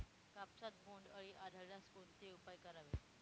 कापसात बोंडअळी आढळल्यास कोणते उपाय करावेत?